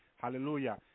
Hallelujah